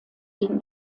den